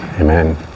Amen